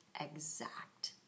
exact